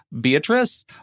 Beatrice